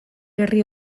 herri